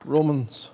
Romans